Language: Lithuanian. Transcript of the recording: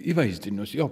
į vaizdinius jo